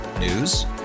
News